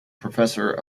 professor